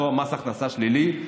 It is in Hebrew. אותו מס הכנסה שלילי,